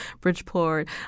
Bridgeport